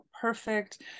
perfect